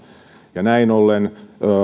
ja näin ollen